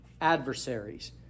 adversaries